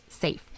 safe